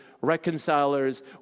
reconcilers